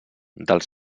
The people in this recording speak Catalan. dels